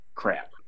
crap